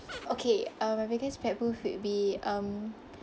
okay uh my biggest pet peeve would be um